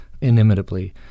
inimitably